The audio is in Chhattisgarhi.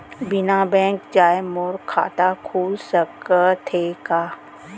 बिना बैंक जाए मोर खाता खुल सकथे का?